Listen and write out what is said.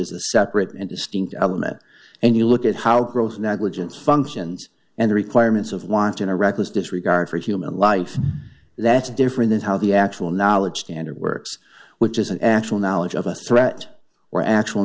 a separate and distinct element and you look at how gross negligence functions and the requirements of want in a reckless disregard for human life that's different than how the actual knowledge standard works which is actual knowledge of a threat or actual